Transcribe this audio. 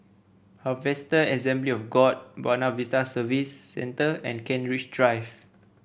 Harvester Assembly of God Buona Vista Service Centre and Kent Ridge Drive